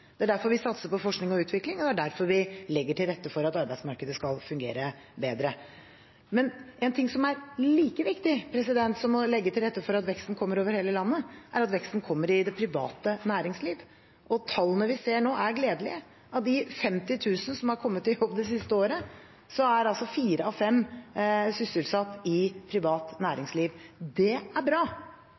Det er derfor vi satser på forskning og utvikling, og det er derfor vi legger til rette for at arbeidsmarkedet skal fungere bedre. Men en ting som er like viktig som å legge til rette for at veksten kommer over hele landet, er at veksten kommer i det private næringsliv. Tallene vi ser nå, er gledelige. Av de 50 000 som er kommet i jobb det siste året, er fire av fem sysselsatt i privat næringsliv. Det er bra.